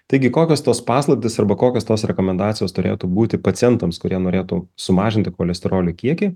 taigi kokios tos paslaptys arba kokios tos rekomendacijos turėtų būti pacientams kurie norėtų sumažinti cholesterolio kiekį